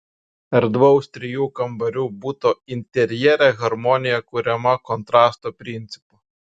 erdvaus trijų kambarių buto interjere harmonija kuriama kontrasto principu